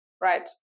right